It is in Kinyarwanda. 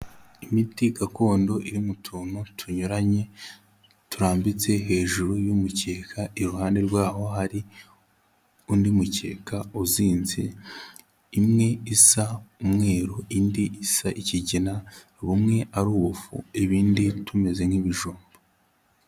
Imiti gakondo iri mu tuntu tunyuranye turambitse hejuru y'umukeka, iruhande rwaho hari undi mukeka uzinze, imwe isa umweru, indi isa ikigina, bumwe ari ubufu ibindi tumeze nk'ibijumba.